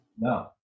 No